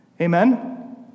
Amen